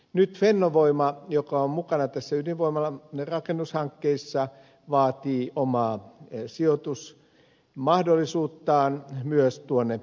nyt fennovoima joka on mukana näissä ydinvoimalarakennushankkeissa vaatii omaa sijoitusmahdollisuuttaan myös tuonne olkiluotoon